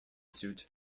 suit